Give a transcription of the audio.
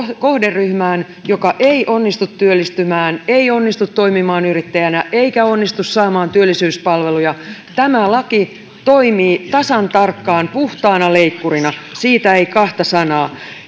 kohderyhmään joka ei onnistu työllistymään ei onnistu toimimaan yrittäjänä eikä onnistu saamaan työllisyyspalveluja tämä laki toimii tasan tarkkaan puhtaana leikkurina siitä ei kahta sanaa